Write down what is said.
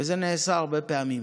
וזה נעשה הרבה פעמים